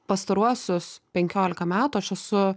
pastaruosius penkiolika metų aš esu